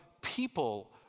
people